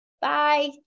Bye